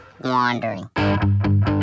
wandering